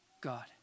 God